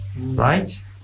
right